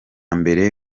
mbere